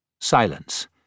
Silence